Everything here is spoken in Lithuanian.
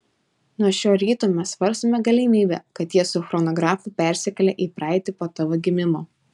nuo šio ryto mes svarstome galimybę kad jie su chronografu persikėlė į praeitį po tavo gimimo